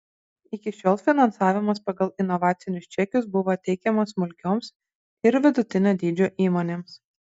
iki šiol finansavimas pagal inovacinius čekius buvo teikiamas smulkioms ir vidutinio dydžio įmonėms